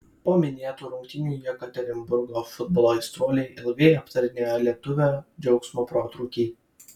po minėtų rungtynių jekaterinburgo futbolo aistruoliai ilgai aptarinėjo lietuvio džiaugsmo protrūkį